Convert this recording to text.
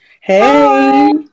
Hey